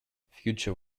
future